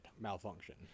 Malfunction